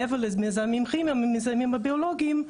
מעבר למזהמים כימיים והמזהמים הביולוגיים,